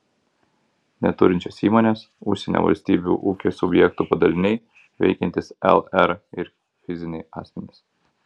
neturinčios įmonės užsienio valstybių ūkio subjektų padaliniai veikiantys lr ir fiziniai asmenys